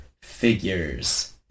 figures